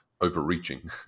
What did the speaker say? overreaching